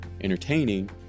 entertaining